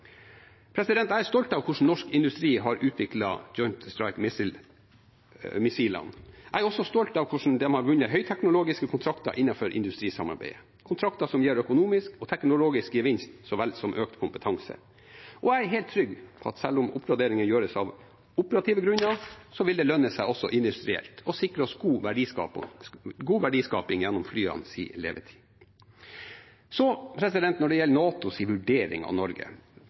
Jeg er stolt av hvordan norsk industri har utviklet Joint Strike Missile-missilene. Jeg er også stolt av hvordan man har vunnet høyteknologiske kontrakter i industrisamarbeidet, kontrakter som gir økonomisk og teknologisk gevinst, så vel som økt kompetanse. Og jeg er helt trygg på at selv om oppgraderinger gjøres av operative grunner, vil det lønne seg også industrielt og sikre oss god verdiskaping gjennom flyenes levetid. Når det gjelder NATOs vurdering av Norge,